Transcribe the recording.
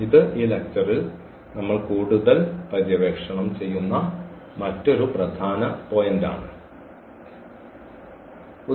ഇത് ഈ ലെക്ച്ചർൽ നമ്മൾ കൂടുതൽ പര്യവേക്ഷണം ചെയ്യുന്ന മറ്റൊരു പ്രധാന പോയിന്റാണിത്